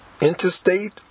interstate